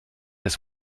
das